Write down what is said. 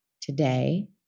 Today